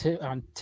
on